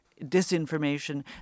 disinformation